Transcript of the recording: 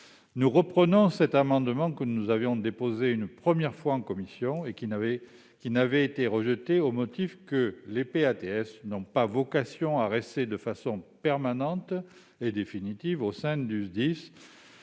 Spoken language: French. Nous reprenons cet amendement, que nous avions déposé une première fois en commission et qui avait été rejeté au motif que les PATS n'ont pas vocation à rester de façon permanente et définitive au sein du SDIS